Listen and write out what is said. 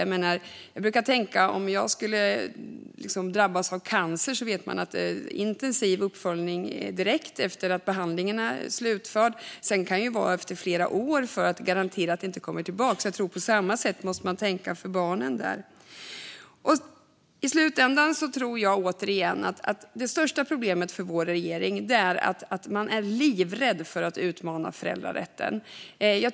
Jag brukar tänka att om jag skulle drabbas av cancer så vet jag att det är en intensiv uppföljning direkt efter att behandlingen är slutförd. Sedan kan det vara uppföljningar efter flera år för att garantera att cancern inte kommer tillbaka. Jag tror att man måste tänka på samma sätt för dessa barn. I slutändan tror jag, återigen, att det största problemet för vår regering är att man är livrädd för att utmana föräldrarätten.